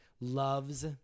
loves